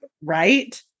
Right